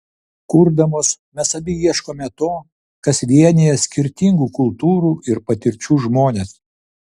kurdamos mes abi ieškome to kas vienija skirtingų kultūrų ir patirčių žmones